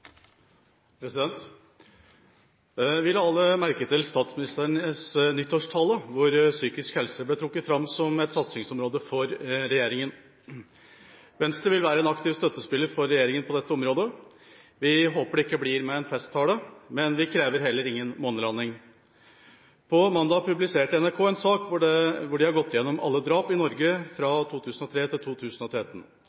alle merke til statsministerens nyttårstale, hvor psykisk helse ble trukket fram som et satsingsområde for regjeringa. Venstre vil være en aktiv støttespiller for regjeringa på dette området. Vi håper det ikke blir med en festtale, men vi krever heller ingen månelanding. På mandag publiserte NRK en sak hvor de har gått gjennom alle drap i Norge fra